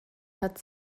hat